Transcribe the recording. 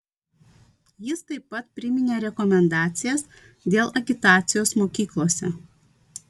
jis taip pat priminė rekomendacijas dėl agitacijos mokyklose